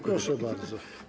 Proszę bardzo.